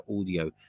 audio